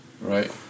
Right